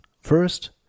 First